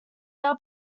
are